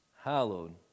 hallowed